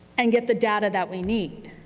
and get the data that we need?